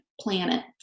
planet